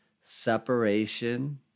separation